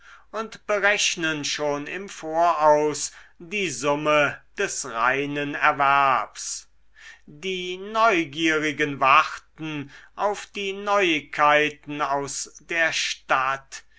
und berechnen schon im voraus die summe des reinen erwerbs die neugierigen warten auf die neuigkeiten aus der stadt